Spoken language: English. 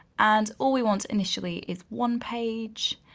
and all we want initially is one page,